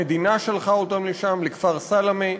המדינה שלחה אותם לשם, לכפר סלמה,